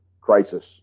crisis